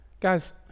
Guys